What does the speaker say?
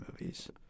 movies